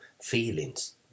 Feelings